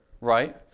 right